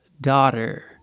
daughter